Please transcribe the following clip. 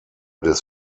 des